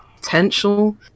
potential